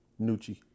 Nucci